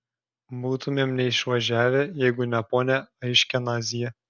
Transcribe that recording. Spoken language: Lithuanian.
būtumėm neišvažiavę jeigu ne ponia aškenazyje